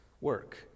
work